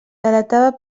delatava